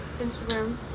Instagram